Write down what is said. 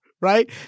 right